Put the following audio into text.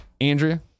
Andrea